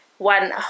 One